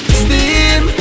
steam